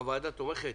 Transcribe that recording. הוועדה תומכת